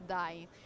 dying